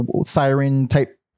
siren-type